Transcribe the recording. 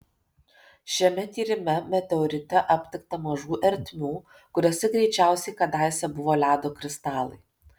šiame tyrime meteorite aptikta mažų ertmių kuriose greičiausiai kadaise buvo ledo kristalai